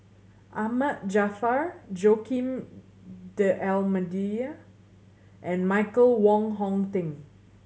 Ahmad Jaafar Joaquim D'Almeida and Michael Wong Hong Teng